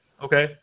Okay